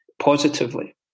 positively